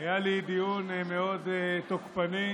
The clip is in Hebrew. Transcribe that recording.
היה לי נאום מאוד תוקפני,